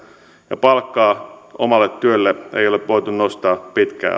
ja palkkaa omalle työlle ei ole voitu nostaa pitkään aikaan